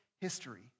history